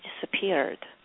disappeared